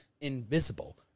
invisible